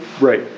right